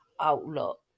outlook